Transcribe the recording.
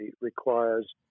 requires